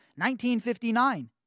1959